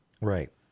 right